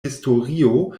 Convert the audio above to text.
historio